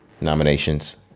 nominations